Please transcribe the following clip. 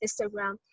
instagram